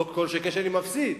כל שכן כשאני מפסיד.